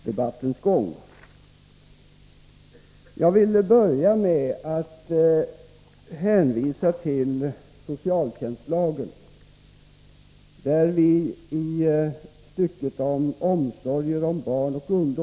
Herr talman! Jag skall försöka hålla mig inom den tid som jag har anmält mig för. Det är åtskilliga frågor i debatten som det kunde vara intressant att kommentera, men vi är två till från den socialdemokratiska sidan i utskottet som skall ta till orda här, och vi har därför delat upp frågorna något. Dessutom utgår jag ifrån att socialministern beträder talarstolen under debattens gång.